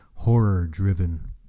horror-driven